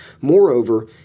Moreover